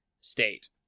state